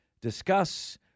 discuss